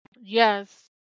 yes